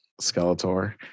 Skeletor